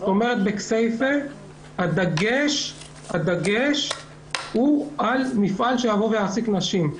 בכסייפה הדגש הוא על מפעל שיעסיק נשים.